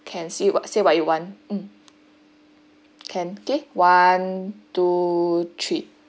can see wh~ say what you want um can okay one two three